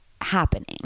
happening